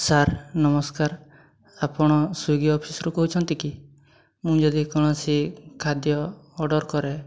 sir ନମସ୍କାର ଆପଣ Swiggy ଅଫିସରୁ କହୁଛନ୍ତି କି ମୁଁ ଯଦି କୌଣସି ଖାଦ୍ୟ ଅର୍ଡ଼ର୍ କରେ